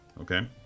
Okay